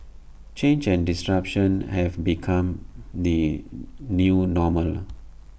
change and disruption have become the new normal